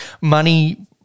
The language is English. money